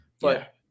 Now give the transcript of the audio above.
but-